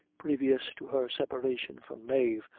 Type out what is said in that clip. previous to her separation from mave,